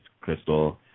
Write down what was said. Crystal